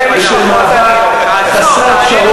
תעזוב רגע את הדף.